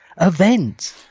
Event